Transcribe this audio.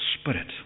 Spirit